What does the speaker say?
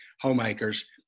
homemakers